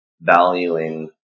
valuing